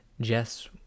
jess